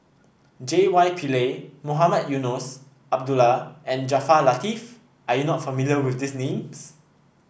J Y Pillay Mohamed Eunos Abdullah and Jaafar Latiff are you not familiar with these names